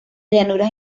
llanuras